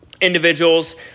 individuals